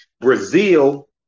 Brazil